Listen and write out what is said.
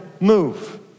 move